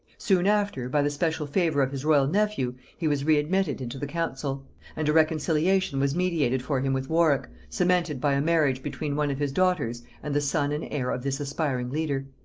soon after, by the special favor of his royal nephew, he was readmitted into the council and a reconciliation was mediated for him with warwick, cemented by a marriage between one of his daughters and the son and heir of this aspiring leader.